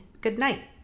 Goodnight